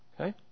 Okay